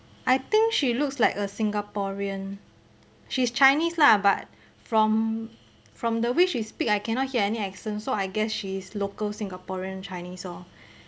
I think she looks like a singaporean she's chinese lah but from from the way she speak I cannot hear any accent so I guess she is local singaporean chinese